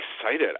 excited